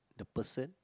the person